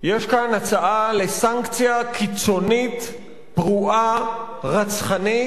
יש כאן הצעה לסנקציה קיצונית, פרועה, רצחנית,